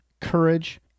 courage